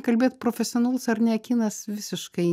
kalbėt profesionalus ar ne kinas visiškai